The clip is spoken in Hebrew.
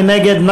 מי נגד?